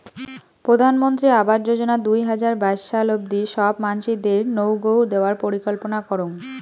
প্রধানমন্ত্রী আবাস যোজনা দুই হাজার বাইশ সাল অব্দি সব মানসিদেরনৌগউ দেওয়ার পরিকল্পনা করং